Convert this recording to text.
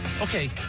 okay